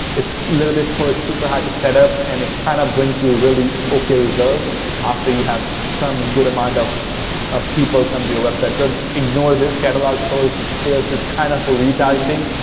it's little bit super hard to set up, and it kind of brings you really okay results after you have some good amount of of people come to your website. so, ignore this catalog so sales. sales is kind of a retargeting.